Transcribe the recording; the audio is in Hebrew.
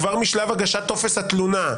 כבר משלב הגשת טופס התלונה.